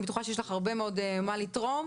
אני בטוחה שיש לך הרבה מאוד מה לתרום,